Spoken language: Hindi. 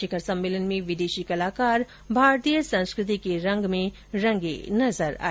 शिखर सम्मेलन में विदेशी कलाकार भारतीय संस्कृति के रंग में रंगे नजर आए